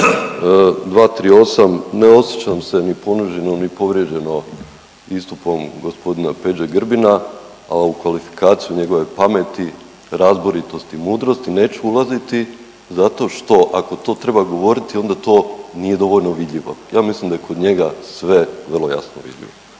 238. ne osjećam se ni poniženo, ni povrijeđeno istupom gospodina Peđe Grbina, a u kvalifikaciju njegove pameti, razboritosti i mudrosti neću ulaziti zato što ako to treba govoriti onda to nije dovoljno vidljivo. Ja mislim da je kod njega sve vrlo jasno vidljivo.